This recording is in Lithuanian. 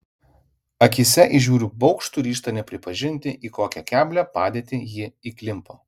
akyse įžiūriu baugštų ryžtą nepripažinti į kokią keblią padėtį ji įklimpo